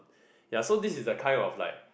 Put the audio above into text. ya so this is the kind of like